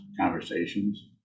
conversations